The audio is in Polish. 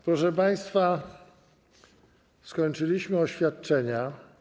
Proszę państwa, skończyliśmy oświadczenia.